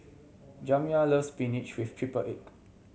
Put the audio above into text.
Jamya loves spinach with triple egg